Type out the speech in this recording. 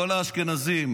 כל האשכנזים,